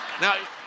Now